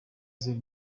zero